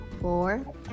four